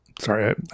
Sorry